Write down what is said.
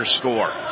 score